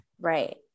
Right